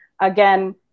Again